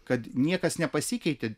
kad niekas nepasikeitė